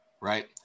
right